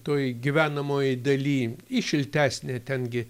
toj gyvenamojoj daly į šiltesnę ten gi